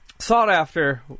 Sought-after